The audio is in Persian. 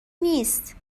نیست